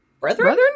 Brethren